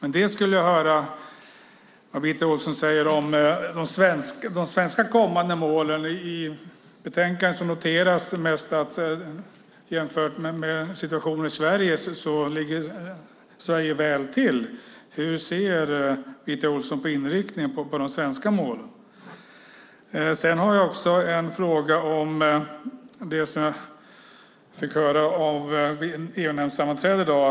Jag skulle vilja höra vad Birgitta Ohlsson säger om de svenska kommande målen. I betänkandet noteras mest att Sverige ligger väl till. Hur ser Birgitta Ohlsson på inriktningen på de svenska målen? Jag har också en fråga om det som jag fick höra på EU-nämndssammanträdet i dag.